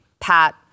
Pat